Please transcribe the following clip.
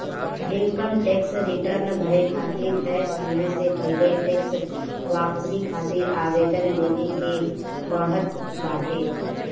income tax return भरे खातिर तय समय से पहिले टेक्स वापसी खातिर आवेदन देवे के पड़त बाटे